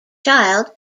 child